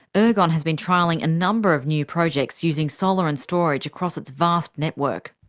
ergon has been trialling a number of new projects using solar and storage across its vast network.